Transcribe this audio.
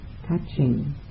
touching